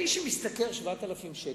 האיש שמשתכר 7,000 שקל.